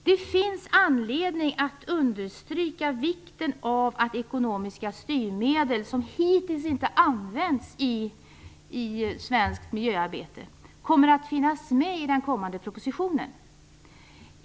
Det finns anledning att understryka vikten av att ekonomiska styrmedel, som hittills inte använts i svenskt miljöarbete, finns med i den kommande propositionen.